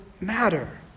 matter